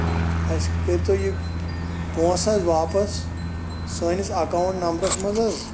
اَسہِ کٔرتو یہِ پونسہٕ حظ واپَس سٲنِس اَکاونٹ نَمبرَس منٛز حظ